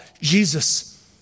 Jesus